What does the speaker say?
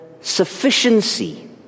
sufficiency